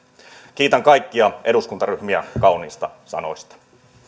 kiitän kaikkia eduskuntaryhmiä kauniista sanoista